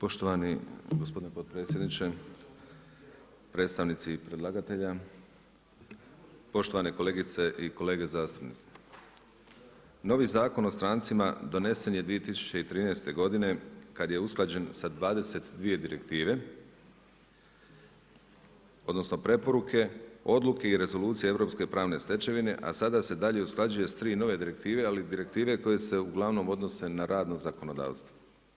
Poštovani gospodine potpredsjedniče, predstavnici predlagatelja, poštovane kolegice i kolege zastupnici novi Zakon o strancima donesen je 2013. godine kada je usklađen sa 22 direktive, odnosno preporuke, odluke i rezolucije europske i pravne stečevine, a sada se dalje usklađuje sa 3 nove direktive, ali direktive koje se uglavnom odnose na radno zakonodavstvo.